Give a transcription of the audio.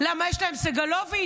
למה, יש להם סגלוביץ'?